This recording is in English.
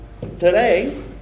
today